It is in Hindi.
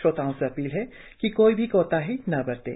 श्रोताओं से अपील है कि कोई भी कोताही न बरतें